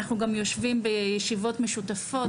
אנחנו גם יושבים בישיבות משותפות,